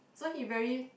so he very